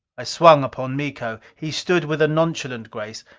i swung upon miko. he stood with a nonchalant grace,